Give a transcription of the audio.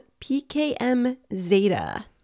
PKM-zeta